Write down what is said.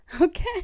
Okay